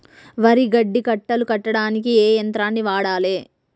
వరి గడ్డి కట్టలు కట్టడానికి ఏ యంత్రాన్ని వాడాలే?